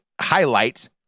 highlight